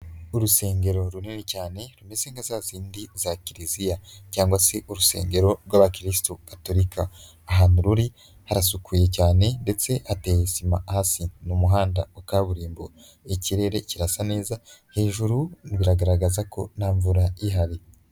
Urusengero runini cyane muri zimwe zazindi za kiliziya, cyangwa se urusengero rwabakirisitu gatolika, ahantu ruri harasukuye cyane ndetse hateye sima hasi mumuhanda wa kaburimbo ikirere kirasa neza hejuru biragaragaza ko nta mvura ihari.